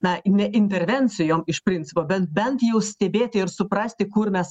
na ne intervencijom iš principo bet bent jau stebėti ir suprasti kur mes